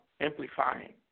amplifying